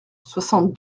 soixante